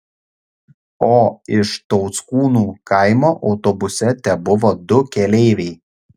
o iš tauckūnų kaimo autobuse tebuvo du keleiviai